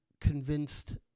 convinced